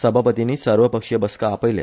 सभापतीनी सर्वपक्षीय बसका आपयल्या